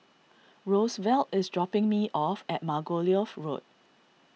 Rosevelt is dropping me off at Margoliouth Road